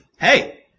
hey